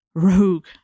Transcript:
Rogue